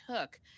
took